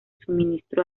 suministro